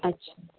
अच्छा